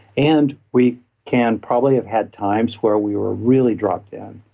and we can probably have had times where we were really dropped in,